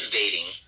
dating